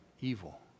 evil